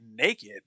naked